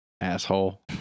Asshole